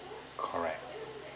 correct